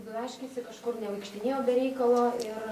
blaškėsi kažkur nevaikštinėjo be reikalo ir